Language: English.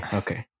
okay